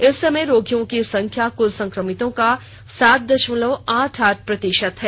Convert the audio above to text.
इस समय रोगियों की संख्या कुल संक्रमितों का सात दशमलव आठ आठ प्रतिशत है